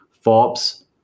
Forbes